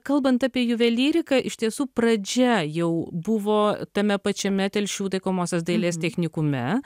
kalbant apie juvelyriką iš tiesų pradžia jau buvo tame pačiame telšių taikomosios dailės technikume